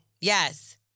Yes